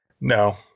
No